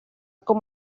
com